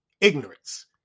ignorance